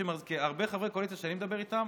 כי הרבה חברי קואליציה שאני מדבר איתם,